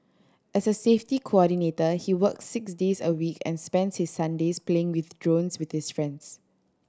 as a safety coordinator he works six days a week and spends his Sundays playing with drones with his friends